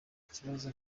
kibazo